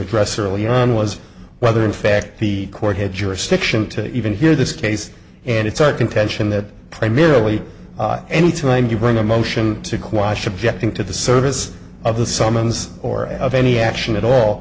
address early on was whether in fact the court had jurisdiction to even hear this case and it's our contention that primarily anytime you bring a motion to quash objecting to the service of the summons or of any action at